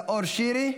חבר הכנסת נאור שירי,